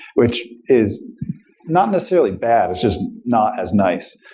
which is not necessarily bad. it's just not as nice.